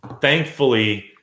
thankfully